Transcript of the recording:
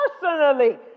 personally